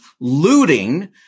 looting